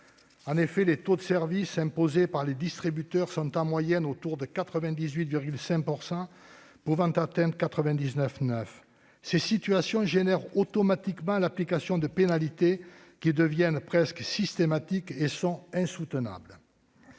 En effet, les taux de service imposés par les distributeurs sont en moyenne de 98,5 % et peuvent atteindre 99,9 %. Ces situations génèrent automatiquement l'application de pénalités, qui deviennent quasi systématiques et sont insoutenables